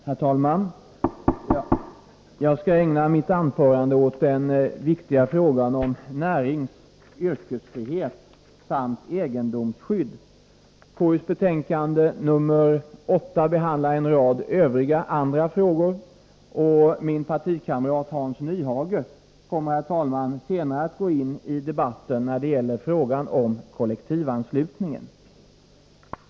Herr talman! Jag skall ägna mitt anförande åt den viktiga frågan om näringsoch yrkesfrihet samt egendomsskydd. Konstitutionsutskottets betänkande 8 behandlar en rad övriga frågor, och min partikamrat Hans Nyhage kommer senare att gå in i debatten när det gäller frågan om kollektivanslutningen.